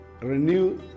renew